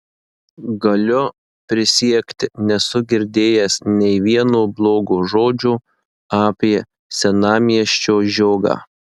galiu prisiekti nesu girdėjęs nei vieno blogo žodžio apie senamiesčio žiogą